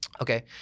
Okay